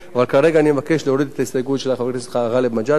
אבל כרגע אני מבקש להוריד את ההסתייגות של חבר הכנסת גאלב מג'אדלה,